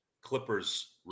Clippers